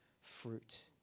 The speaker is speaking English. fruit